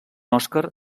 oscar